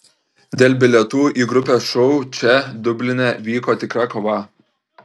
dėl bilietų į grupės šou čia dubline vyko tikra kova